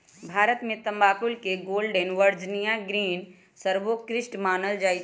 भारत में तमाकुल के गोल्डन वर्जिनियां ग्रीन सर्वोत्कृष्ट मानल जाइ छइ